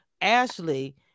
Ashley